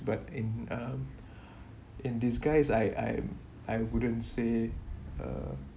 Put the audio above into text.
but in um in disguise I I'm I wouldn't say uh